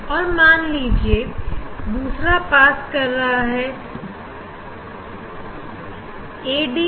और मान लीजिए दूसरा पास कर रहा है एड्स से